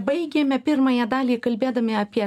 baigėme pirmąją dalį kalbėdami apie